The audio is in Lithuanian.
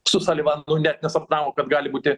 su salivanu net nesapnavo kad gali būti